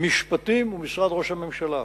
משפטים ומשרד ראש הממשלה.